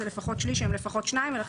זה לפחות שליש שהם לפחות שניים ולכן